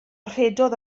rhedodd